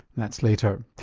that's later.